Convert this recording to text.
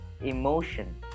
emotion